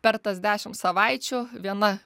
per tas dešimt savaičių viena